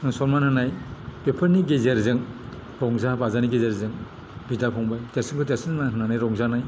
सन्मान होनाय बेफोरनि गेजेरजों रंजा बाजानि गेजेरजों बिदा फंबाय देरसिनखौ देरसिननि मान होनानै रंजानाय